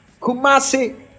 Kumasi